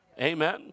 Amen